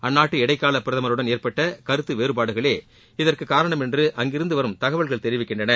அந்நாட்டு இடைக்கால பிரதமருடன் ஏற்பட்ட கருத்து வேறுபாடுகளே இதற்கு காரணம் என்று அங்கிருந்து வரும் தகவல்கள் தெரிவிக்கின்றன